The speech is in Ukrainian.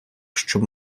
щоб